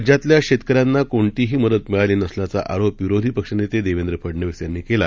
राज्यातल्या शेतकऱ्यांना कोणतीही मदत मिळाली नसल्याचा आरोप विरोधी पक्षनेते देवेंद्र फडनवीस यांनी केला